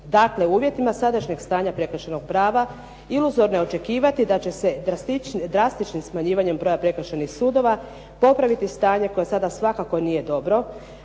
Dakle, u uvjetima sadašnjeg stanja prekršajnog prava iluzorno je očekivati da će se drastičnim smanjivanjem broja prekršajnih sudova popraviti stanje koje sada svakako nije dobro,